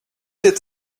did